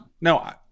No